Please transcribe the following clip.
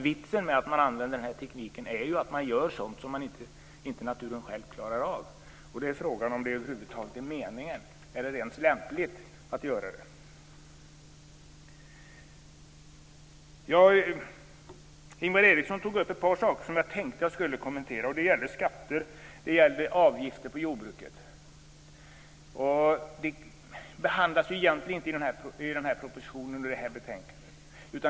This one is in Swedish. Vitsen med att man använder den här tekniken är ju att man gör sådant som naturen själv inte klarar av. Frågan är om det över huvud taget är meningen eller ens lämpligt att göra det. Ingvar Eriksson tog upp ett par saker som jag tänkte att jag skulle kommentera. Det gällde skatter och avgifter på jordbruket. Det behandlas egentligen inte i den här propositionen och i det här betänkandet.